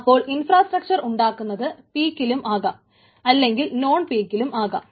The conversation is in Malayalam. അപ്പോൾ ഇൻഫ്രാസ്ട്രക്ച്ചർ ഉണ്ടാക്കുന്നത് പീക്കിലും ആകാം അല്ലെങ്കിൽ നോൺ പീക്കിലും ആകാം